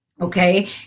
Okay